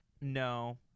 no